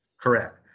correct